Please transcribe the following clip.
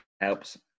helps